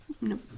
No